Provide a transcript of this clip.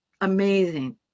amazing